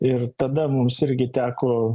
ir tada mums irgi teko